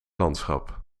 landschap